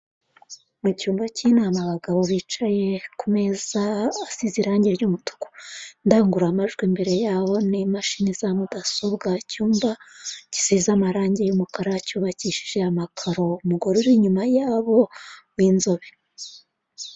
Mu cyumba cy'inama abagabo bicaye ku meza asize irange ry'umutuku. Indangururamajwi imbere yabo n'imashini za mudasobwa, icyumba gisize amarangi y'umukara cyubakishije amakaro, umugore uri inyuma ya bo w'izobe.